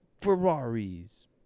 Ferraris